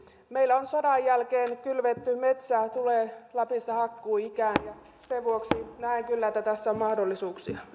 meillä sodan jälkeen kylvettyä metsää tulee lapissa hakkuuikään ja sen vuoksi näen kyllä että tässä on mahdollisuuksia